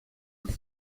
uza